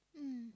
mm